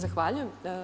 Zahvaljujem.